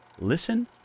listen